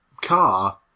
car